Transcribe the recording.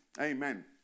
Amen